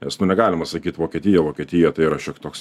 nes nu negalima sakyt vokietija vokietija tai yra šioks toks